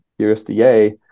USDA